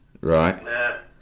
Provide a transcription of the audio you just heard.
Right